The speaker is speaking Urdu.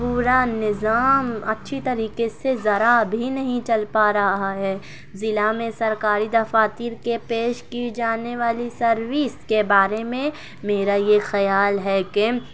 پورا نظام اچھی طریقے سے ذرا بھی نہیں چل پا رہا ہے ضلع میں سرکاری دفاتر کے پیش کی جانے والی سرویس کے بارے میں میرا یہ خیال ہے کہ